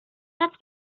that’s